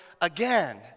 again